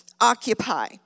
occupy